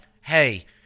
Hey